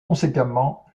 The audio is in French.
conséquemment